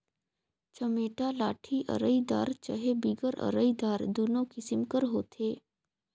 चमेटा लाठी अरईदार चहे बिगर अरईदार दुनो किसिम कर होथे